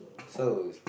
so